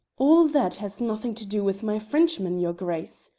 all that has nothing to do with my frenchman, your grace,